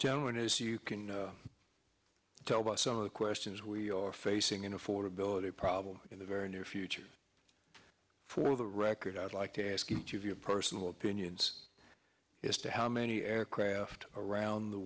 and as you can tell by some of the questions we are facing an affordability problem in the very near future for the record i'd like to ask each of your personal opinions as to how many aircraft around the